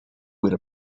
where